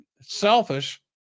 selfish